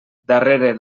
darrere